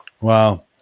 wow